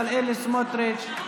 בצלאל סמוטריץ'.